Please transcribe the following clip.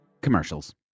commercials